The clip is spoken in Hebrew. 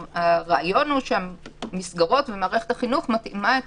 הרעיון הוא שמערכת החינוך מתאימה את